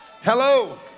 Hello